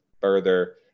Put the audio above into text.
further